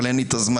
אבל אין לי זמן,